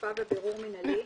אכיפה ובירור מינהלי.